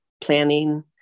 planning